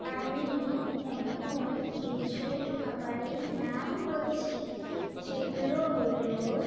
আমি এখন কিছু খাবারের নাম বলছি সেগুলো হলো